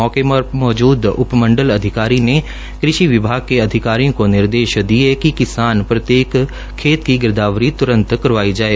मौके पर मौजूद उप मंडल अधिकारी ने कृषि विभाग के अधिकारियों को निर्देश दिये कि किसान के प्रत्येक खेत की गिरदावरी तुरंत करवाई जाये